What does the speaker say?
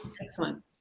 Excellent